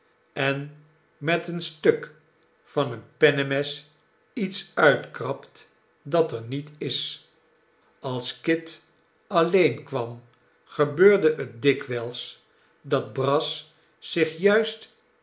en met een stuk van een pennemes iets uitkrabt dat er niet is als kit alleen kwam gebeurde het dikwijls dat brass zich juist